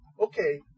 okay